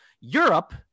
europe